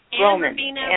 Roman